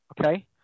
Okay